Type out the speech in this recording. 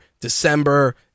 December